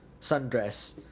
sundress